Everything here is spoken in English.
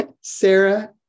Sarah